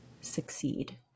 succeed